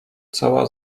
cała